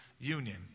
union